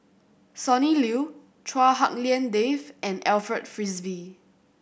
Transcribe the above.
Sonny Liew Chua Hak Lien Dave and Alfred Frisby